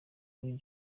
kuri